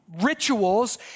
rituals